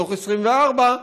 מתוך 24,